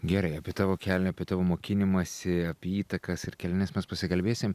gerai apie tavo kelią apie tavo mokinimąsi apie įtakas ir keliones mes pasikalbėsim